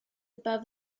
above